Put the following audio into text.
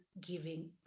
giving